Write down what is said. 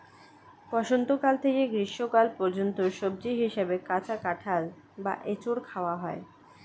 বসন্তকাল থেকে গ্রীষ্মকাল পর্যন্ত সবজি হিসাবে কাঁচা কাঁঠাল বা এঁচোড় খাওয়া হয়